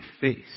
face